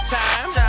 time